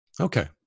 Okay